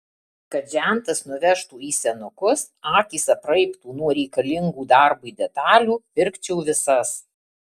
kad žentas nuvežtų į senukus akys apraibtų nuo reikalingų darbui detalių pirkčiau visas